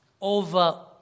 over